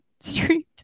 Street